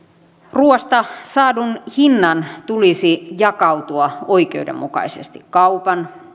ruuasta saadun hinnan tulisi jakautua oikeudenmukaisesti kaupan